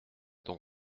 donc